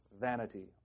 vanity